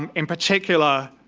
um in particular,